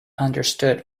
understood